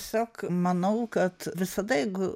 tiesiog manau kad visada jeigu